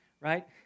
Right